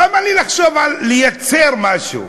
למה לי לחשוב על לייצר משהו?